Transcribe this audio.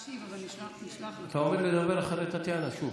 אתה עומד לדבר אחרי טטיאנה שוב.